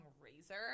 razor